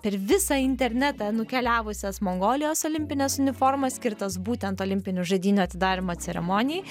per visą internetą nukeliavusios mongolijos olimpines uniformas skirtas būtent olimpinių žaidynių atidarymo ceremonijai